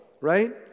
right